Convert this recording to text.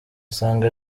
dusanga